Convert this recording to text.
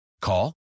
Call